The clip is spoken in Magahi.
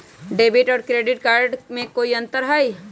डेबिट और क्रेडिट कार्ड में कई अंतर हई?